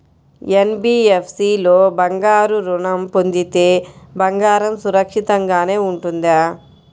NBFC లో బంగారు ఋణం పొందితే బంగారం సురక్షితంగానే ఉంటుందా?